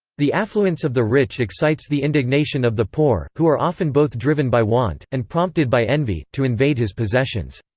the affluence of the rich excites the indignation of the poor, who are often both driven by want, and prompted by envy, to invade his possessions.